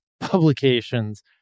publications